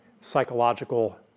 psychological